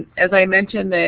as i mentioned,